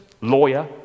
lawyer